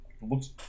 Looks